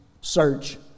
search